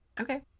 Okay